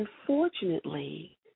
unfortunately